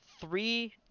three